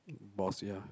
boss ya